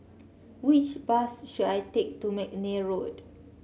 which bus should I take to McNair Road